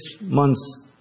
months